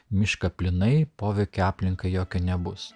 mišką plynai poveikio aplinkai jokio nebus